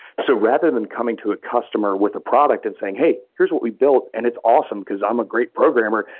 so rather than coming to a customer with a product and saying, hey, here's what we built, and it's awesome because i'm a great program.